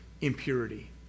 impurity